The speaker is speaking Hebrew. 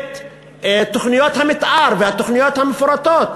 את תוכניות המתאר והתוכניות המפורטות?